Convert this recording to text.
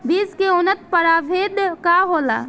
बीज के उन्नत प्रभेद का होला?